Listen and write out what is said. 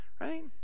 Right